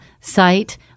site